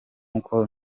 uko